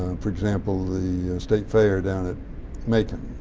for example, the state fair down at macon,